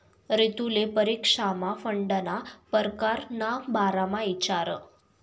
रितुले परीक्षामा फंडना परकार ना बारामा इचारं